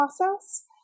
process